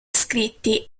scritti